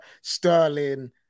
Sterling